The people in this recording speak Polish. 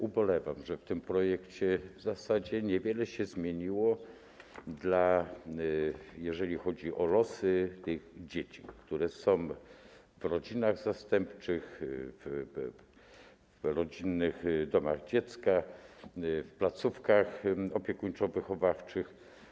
Ubolewam, że w przepisach tego projektu w zasadzie niewiele się zmieniło, jeżeli chodzi o losy dzieci, które są w rodzinach zastępczych, rodzinnych domach dziecka, placówkach opiekuńczo-wychowawczych.